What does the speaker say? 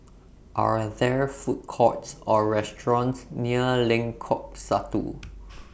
Are There Food Courts Or restaurants near Lengkok Satu